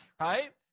right